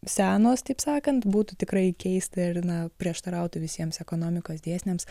senos taip sakant būtų tikrai keista ir na prieštarautų visiems ekonomikos dėsniams